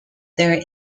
there